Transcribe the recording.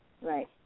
Right